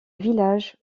village